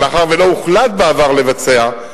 מאחר שלא הוחלט בעבר לבצע,